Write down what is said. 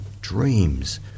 dreams